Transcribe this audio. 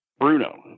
Bruno